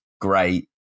great